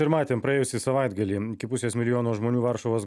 ir matėm praėjusį savaitgalį iki pusės milijono žmonių varšuvos